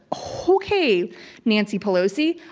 ah okay, nancy pelosi,